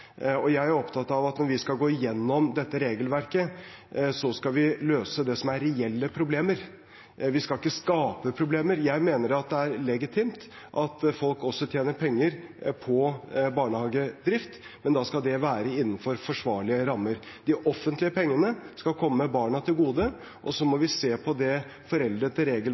Jeg er opptatt av at når vi skal gå igjennom dette regelverket, skal vi løse det som er reelle problemer. Vi skal ikke skape problemer. Jeg mener at det er legitimt at folk også tjener penger på barnehagedrift, men da skal det være innenfor forsvarlige rammer. De offentlige pengene skal komme barna til gode, og så må vi se på det